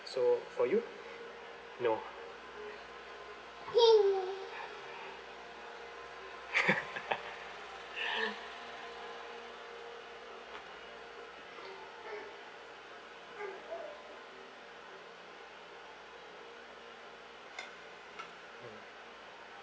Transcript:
so for you no mm